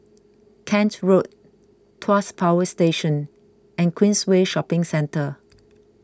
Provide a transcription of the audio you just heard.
Kent Road Tuas Power Station and Queensway Shopping Centre